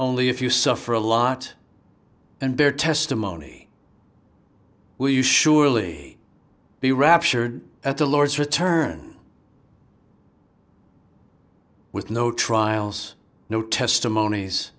only if you suffer a lot and bear testimony will you surely be raptured at the lord's return with no trials no testimonies